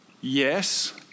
yes